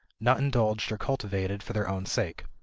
not indulged or cultivated for their own sake.